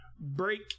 break